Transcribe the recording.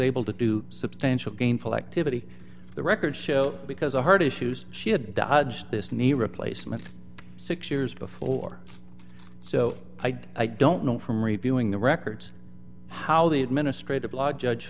able to do substantial gainful activity the records show because the heart issues she had dodged this knee replacement six years before so i don't know from reviewing the records how the administrative law judge